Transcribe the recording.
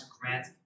grant